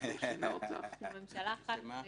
זו ממשלה אחת.